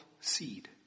seed